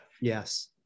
yes